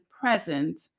present